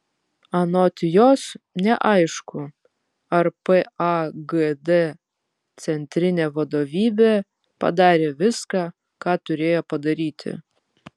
anot jos neaišku ar pagd centrinė vadovybė padarė viską ką turėjo padaryti